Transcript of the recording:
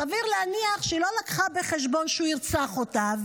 סביר להניח שהיא לא הביאה בחשבון שהוא ירצח אותה,